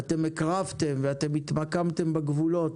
ואתם הקרבתם, ואתם התמקמתם בגבולות,